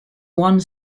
one